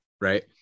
right